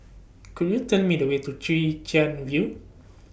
Could YOU Tell Me The Way to Chwee Chian View